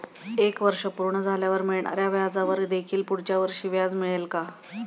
एक वर्ष पूर्ण झाल्यावर मिळणाऱ्या व्याजावर देखील पुढच्या वर्षी व्याज मिळेल का?